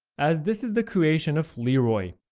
as this is the creation of leeroy,